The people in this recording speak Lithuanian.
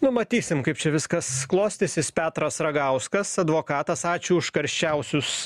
nu matysim kaip čia viskas klostysis petras ragauskas advokatas ačiū už karščiausius